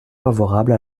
favorable